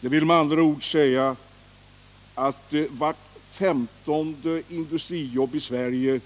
Detta betyder att vart femtonde industrijobb i Sverige